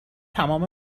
تمام